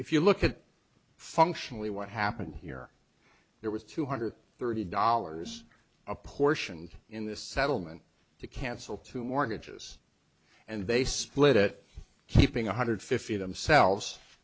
if you look at functionally what happened here there was two hundred thirty dollars apportioned in this settlement to cancel two mortgages and they split it keeping one hundred fifty themselves